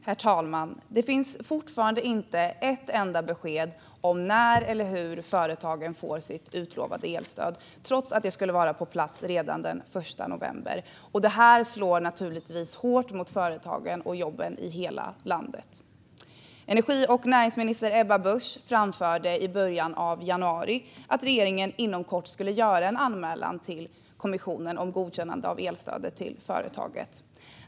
Herr talman! Det finns fortfarande inte ett enda besked om när eller hur företagen ska få sitt utlovade elstöd, trots att det skulle vara på plats redan den 1 november. Och det slår naturligtvis hårt mot företagen och jobben i hela landet. Energi och näringsminister Ebba Busch framförde i början av januari att regeringen inom kort skulle göra en anmälan till kommissionen om godkännande av elstödet till företagen.